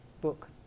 book